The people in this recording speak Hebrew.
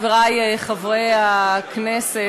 חברי חברי הכנסת,